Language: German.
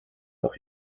auch